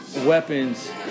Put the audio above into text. weapons